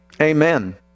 Amen